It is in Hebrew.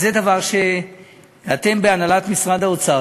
אז זה דבר שבגללו אתם בהנהלת משרד האוצר